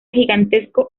gigantesco